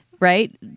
Right